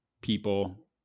people